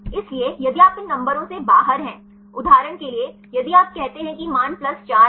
इसलिए यदि आप इन नंबरों से बाहर हैं उदाहरण के लिए यदि आप कहते हैं कि मान 4 है